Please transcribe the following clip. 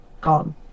gone